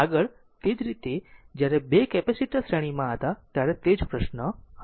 આગળ તે જ રીતે જ્યારે 2 કેપેસિટર શ્રેણીમાં હતા ત્યારે તે જ પ્રશ્ન હતો